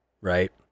right